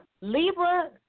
Libra